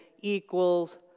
equals